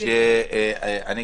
על מה